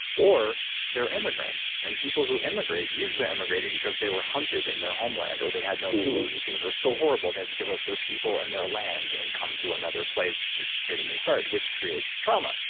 or they're immigrants and people who immigrate are usually immigrating because they were hunted in their homeland or they had no food and things were so horrible they had to give up their people and their land and come to another place to create a new start, which creates trauma.